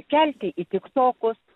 kelti į tiktokus